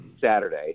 Saturday